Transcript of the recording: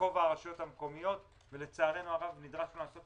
בכובע הרשויות המקומיות ולצערנו הרב נדרשנו לעשות